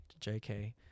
JK